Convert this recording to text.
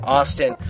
Austin